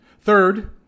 Third